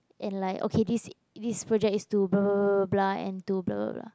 and like okay this this project is to bla bla bla bla bla and to bla bla bla